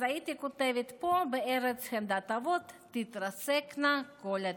אז הייתי כותבת: פה בארץ חמדת אבות תתרסקנה כל התקוות.